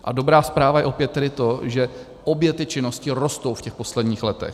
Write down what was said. A dobrá zpráva je opět tedy to, že obě ty činnosti rostou v posledních letech.